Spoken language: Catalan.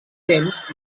temps